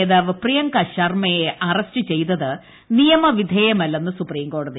നേതാവ് പ്രിയങ്ക ശർമ്മയെ അറസ്റ്റ് ചെയ്തത് നിയമവിധേയമല്ലെന്ന് സുപ്രീംകോടതി